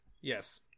yes